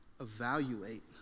evaluate